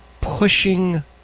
pushing